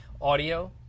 audio